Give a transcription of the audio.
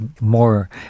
more